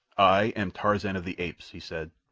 i am tarzan of the apes, he said,